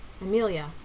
Amelia